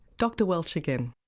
dr welch again.